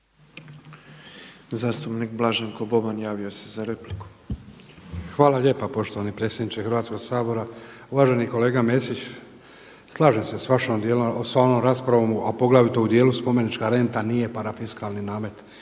Zastupnik Blaženko Boban javio se za repliku. **Boban, Blaženko (HDZ)** Hvala lijepo poštovani predsjedniče Hrvatskog sabora. Uvaženi kolega Mesić, slažem se sa vašim dijelom, sa onom raspravom a poglavito u dijelu spomenička renta nije parafiskalni namet,